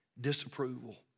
disapproval